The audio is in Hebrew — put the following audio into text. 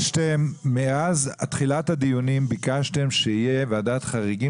מאז תחילת הדיונים אתם ביקשתם שתהיה ועדת חריגים